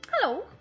Hello